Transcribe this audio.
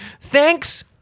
Thanks